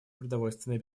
продовольственной